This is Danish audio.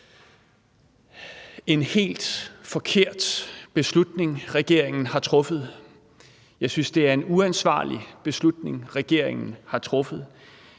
en helt forkert beslutning, regeringen har truffet. Jeg synes, det er en uansvarlig beslutning, regeringen har truffet.